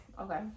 Okay